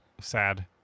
sad